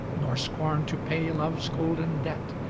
nor scorn to pay love's golden debt,